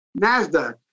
NASDAQ